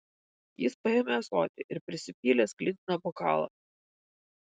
jis paėmė ąsotį ir prisipylė sklidiną bokalą